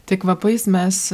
tai kvapais mes